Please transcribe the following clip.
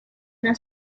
una